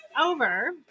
Over